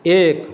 एक